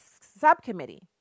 subcommittee